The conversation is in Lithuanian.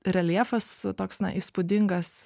reljefas toks na įspūdingas